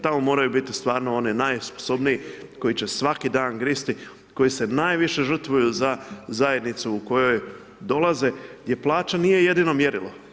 Tamo moraju biti stvarno oni najsposobniji, koji će svaki dan gristi, koji se najviše žrtvuju za zajednicu u kojoj dolaze jer plaća nije jedino mjerilo.